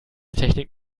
technik